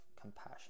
compassion